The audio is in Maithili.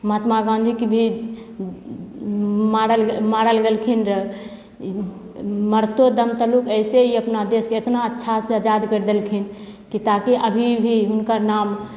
महात्मा गाँधीके भी मारल गेल मारल गेलखिन रऽ मरते दम तलक अइसे ही अपना देशके एतना अच्छासँ आजाद करि देलखिन कि ताकि अभी भी हुनकर नाम